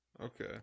Okay